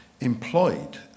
employed